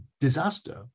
disaster